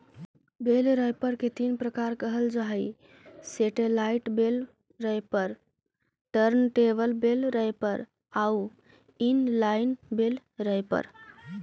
बेल wrapper के तीन प्रकार कहल जा हई satellite bale wrapper, turntable bale wrapper आउ इन लाइन बेल रैपर